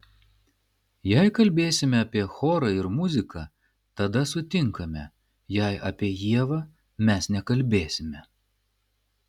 jei kalbėsime apie chorą ir muziką tada sutinkame jei apie ievą mes nekalbėsime